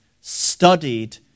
studied